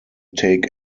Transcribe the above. take